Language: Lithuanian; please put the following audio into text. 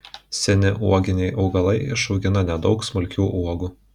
seni uoginiai augalai išaugina nedaug smulkių uogų